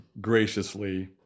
graciously